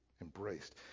embraced